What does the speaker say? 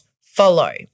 follow